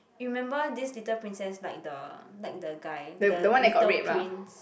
you remember this little princess like the like the guy the little prince